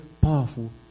powerful